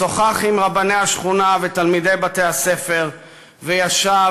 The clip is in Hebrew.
שוחח עם רבני השכונה ותלמידי בתי-הספר וישב